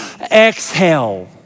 exhale